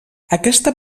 aquesta